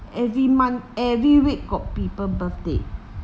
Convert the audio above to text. every month every week got people birthday